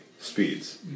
speeds